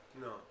No